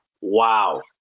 wow